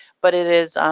but it is,